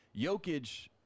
Jokic